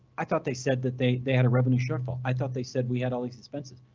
i thought they said that they they had a revenue shortfall. i thought they said we had all these expenses.